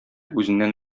үзеннән